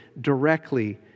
directly